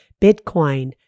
Bitcoin